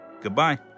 Goodbye